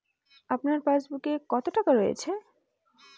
আপনার পাসবুকে কত টাকা রয়েছে?